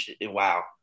wow